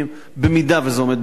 במידה שזה עומד בתנאים.